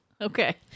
Okay